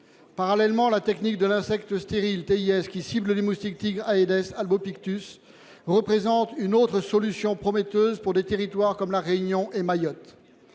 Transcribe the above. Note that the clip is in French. Parallèlement, la technique de l'insecte stérile TIS qui cible les moustiques tigres aïdes albopictus représente une autre solution prometteuse pour des territoires comme la Réunion et Mayotte.